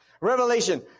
Revelation